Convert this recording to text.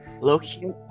Loki